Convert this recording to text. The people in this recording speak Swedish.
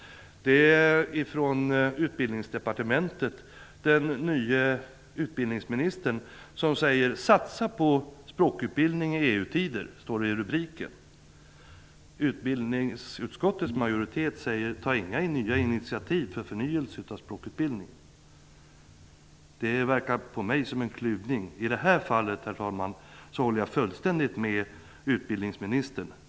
Det är från Utbildningsdepartementet. Den nye utbildningsministern säger i rubriken: Satsa på språkutbildning i EU-tider! Utbildningsutskottets majoritet säger: Ta inga nya initiativ till förnyelse av språkutbildningen! Det verkar på mig som en klyvning. I det här fallet, herr talman, håller jag fullständigt med utbildningsministern.